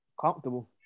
comfortable